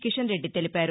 కిషన్ రెడ్డి తెలిపారు